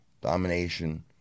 domination